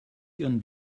ihren